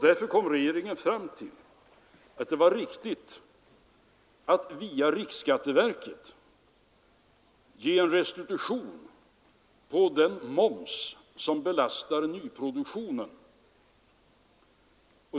Därför kom regeringen fram till att det var riktigt att via riksskatteverket ge en restitution på den moms som belastar nyproduktionen.